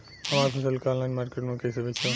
हमार फसल के ऑनलाइन मार्केट मे कैसे बेचम?